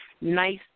nice